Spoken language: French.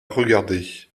regarder